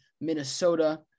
Minnesota